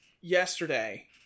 yesterday